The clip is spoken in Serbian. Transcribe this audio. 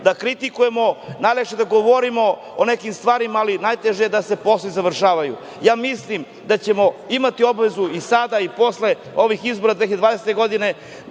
da kritikujemo, najlakše je da govorimo o nekim stvarima, ali najteže je da se poslovi završavaju. Mislim da ćemo imati obavezu i sada i posle ovih izbora 2020. godine